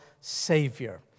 Savior